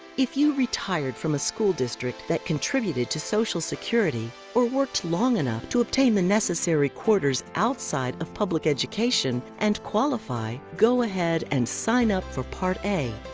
if you retired from a school district that contributed to social security, or worked long enough to obtain the necessary quarters outside of public education and qualify, go ahead and sign up for part a.